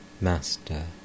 Master